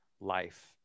life